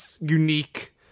unique